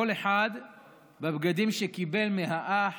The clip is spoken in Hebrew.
כל אחד בבגדים שקיבל מהאח